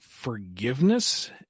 Forgiveness